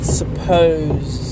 suppose